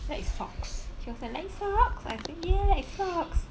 that is socks he was like like socks I said ya it's socks